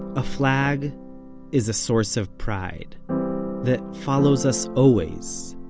a flag is a source of pride that follows us always,